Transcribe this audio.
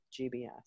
GBS